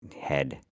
head